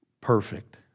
Perfect